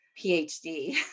PhD